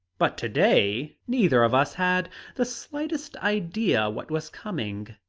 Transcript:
but to-day neither of us had the slightest idea what was coming.